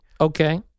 Okay